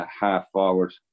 half-forward